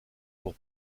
pour